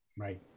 Right